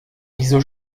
wieso